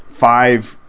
five